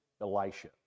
Elisha